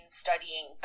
studying